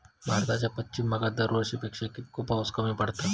भारताच्या पश्चिम भागात दरवर्षी पेक्षा कीतको पाऊस कमी पडता?